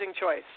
choice